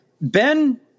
Ben